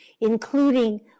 including